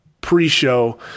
pre-show